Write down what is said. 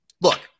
Look